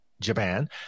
Japan